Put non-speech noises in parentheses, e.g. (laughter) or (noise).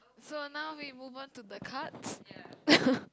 so now we move on to the cards (laughs)